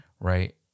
Right